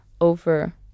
over